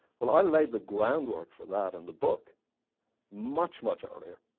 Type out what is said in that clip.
well, i laid the groundwork for that in the book much, much earlier,